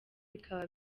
bikaba